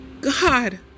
God